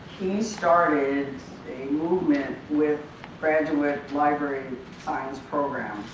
he started a movement with graduate library science programs,